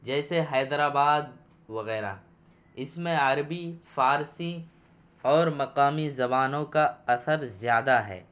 جیسے حیدرآباد وغیرہ اس میں عربی فارسی اور مقامی زبانوں کا اثر زیادہ ہے